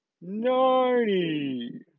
ninety